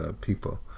people